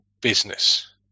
business